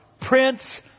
Prince